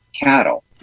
cattle